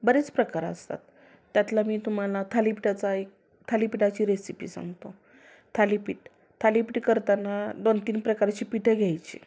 बरेच प्रकार असतात त्यातला मी तुम्हाला थालीपीठाचा एक थालीपीठाची रेसिपी सांगतो थालीपीठ थालीपीठ करताना दोनतीन प्रकारची पीठं घ्यायची